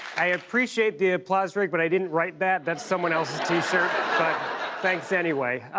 i appreciate the applause, rick, but i didn't write that. that's someone else's t-shirt. but thanks, anyway.